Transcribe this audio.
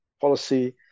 policy